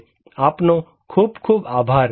આપનો ખુબ ખુબ આભાર